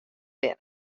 binne